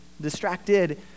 distracted